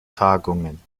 tagungen